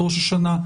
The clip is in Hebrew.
"ראש השנה",